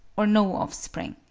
or no offspring.